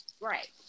Right